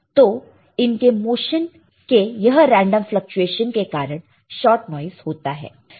तो इनके मोशन के यह रेंडम फ्लकचुएशन के कारण शॉट नॉइस होता है